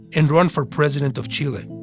and run for president of chile.